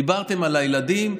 דיברתם על הילדים,